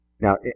Now